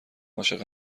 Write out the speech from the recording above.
عاشق